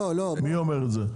מי אומר את זה?